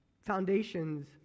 Foundations